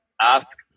ask